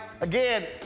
Again